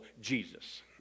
Jesus